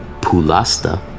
Pulasta